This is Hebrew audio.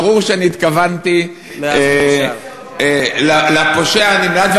ברור שהתכוונתי לפושע הנמלט.